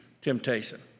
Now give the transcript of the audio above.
temptation